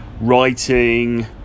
writing